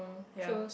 ya